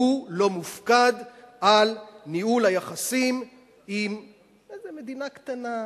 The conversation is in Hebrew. שהוא לא מופקד על ניהול היחסים עם איזה מדינה קטנה,